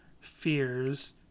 Fears